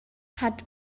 hat